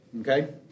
okay